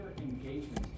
engagement